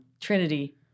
Trinity